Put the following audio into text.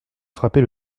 frappait